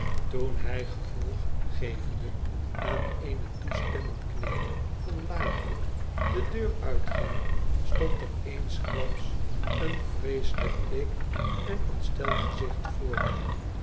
toen hij gevolg gevende aan een toestemmend knikken van lightwood de deur uitging stond er eensklaps een vreeselijk bleek en ontsteld gezicht voor hen